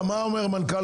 נכון.